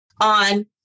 on